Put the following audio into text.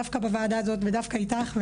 דווקא בוועדה הזאת ודווקא איתך.